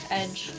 edge